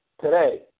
today